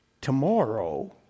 tomorrow